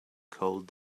cold